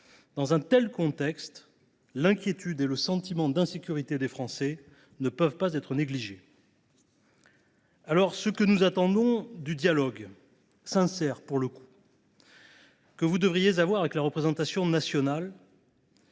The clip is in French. dans un tel contexte, l’inquiétude et le sentiment d’insécurité des Français ne sauraient être négligés. Ce que nous attendons du dialogue – sincère, pour le coup !– que vous devriez avoir avec la représentation nationale,